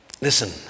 Listen